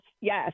yes